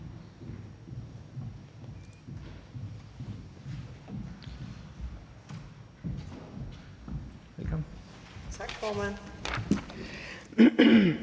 Tak for det.